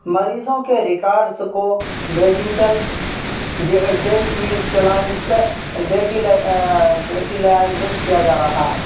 مریضوں کے ریکاڈس کو ڈیجیٹل کیا جا رہا ہے